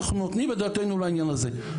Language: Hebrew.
אנחנו נותנים את דעתנו לעניין הזה.